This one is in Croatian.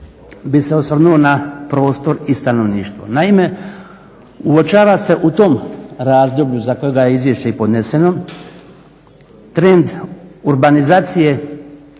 na prostor i stanovništvo. Naime, uočava se u tom razdoblju za kojega je Izvješće i podneseno, trend urbanizacije